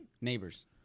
Neighbors